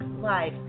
live